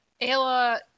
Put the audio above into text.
Ella